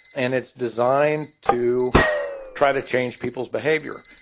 and it's designed to try to change people's behavior.